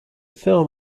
film